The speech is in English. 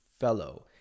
fellow